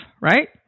right